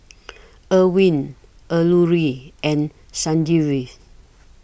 Arvind Alluri and Sanjeev